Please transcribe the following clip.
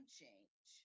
change